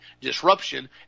disruption